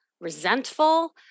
resentful